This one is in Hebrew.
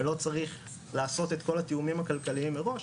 ולא צריך לעשות את כל התיאומים הכלכליים מראש,